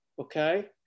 okay